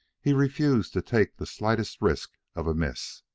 he refused to take the slightest risk of a miss.